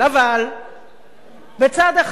אבל בצד אחד